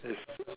it's